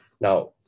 Now